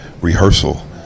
rehearsal